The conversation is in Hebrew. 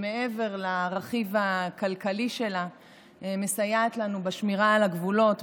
שמעבר לרכיב הכלכלי שלה מסייעת לנו בשמירה על הגבולות,